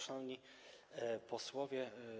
Szanowni Posłowie!